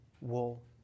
wool